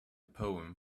poem